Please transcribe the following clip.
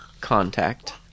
contact